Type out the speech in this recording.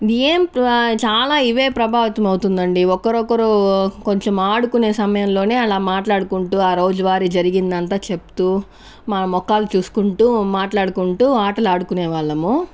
ఏం చాలా ఇవే ప్రభావితం అవుతుంది అండి ఒకరొకరు కొంచం ఆడుకునే సమయంలోనే అలా మాట్లాడుకుంటూ ఆ రోజు వారి జరిగిందంతా చెప్తూ మా మొకాలు చూసుకుంటూ మాట్లాడుకుంటూ ఆటలాడుకునే వాళ్ళము